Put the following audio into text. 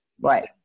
Right